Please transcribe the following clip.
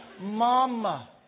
Mama